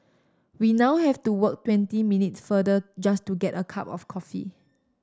we now have to walk twenty minutes farther just to get a cup of coffee